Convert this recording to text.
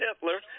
Hitler